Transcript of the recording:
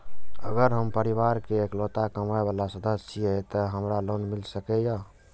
अगर हम परिवार के इकलौता कमाय वाला सदस्य छियै त की हमरा लोन मिल सकीए?